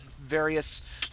various